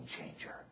changer